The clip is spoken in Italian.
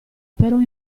però